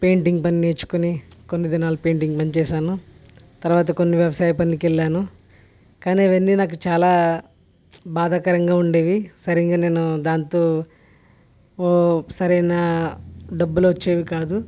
painting పని నేర్చుకుని కొన్ని దినాలు పెయింటింగ్ పని చేశాను తర్వాత కొన్ని వ్యవసాయ పన్లకెళ్ళాను కానీ అవన్నీ నాకు చాలా బాధాకరంగా ఉండేవి సరిగ్గా నేను దాంతో ఓ సరైన డబ్బులు వచ్చేవి కాదు